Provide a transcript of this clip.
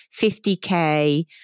50K